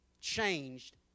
changed